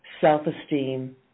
self-esteem